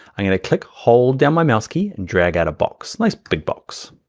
i'm gonna click hold down my mouse key and drag out a box, nice big box.